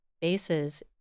bases